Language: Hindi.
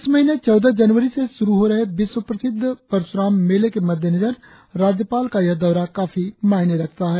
इस महीने चौदह जनवरी से शुरु हो रही विश्व प्रसिद्ध परशुराम मेले के मद्देनजर राज्यपाल का यह दौरा काफी मायने रखता है